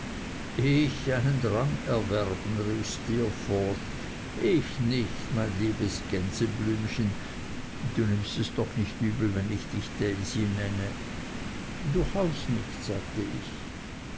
ich einen rang erwerben rief steerforth ich nicht mein liebes gänseblümchen du nimmst es doch nicht übel wenn ich dich daisy nenne durchaus nicht sagte ich